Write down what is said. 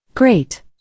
Great